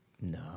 No